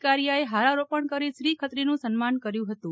કારીયાએ હારારોપણ કરી શ્રી ખત્રીનું બહુમાન કર્યું હતું